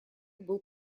был